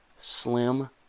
slim